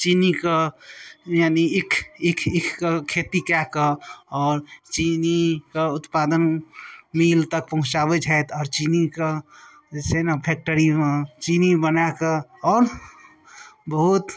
चीनीके यानि ईख ईख ईखके खेती कए कऽ आओर चीनीके उत्पादन मील तक पहुँचाबै छथि आओर चीनीके से ने फैक्ट्रीमे चीनी बनाकऽ आओर बहुत